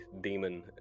demon